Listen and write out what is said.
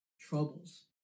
troubles